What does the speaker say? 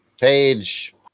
page